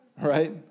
right